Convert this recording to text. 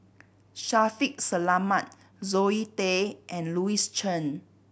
Shaffiq Selamat Zoe Tay and Louis Chen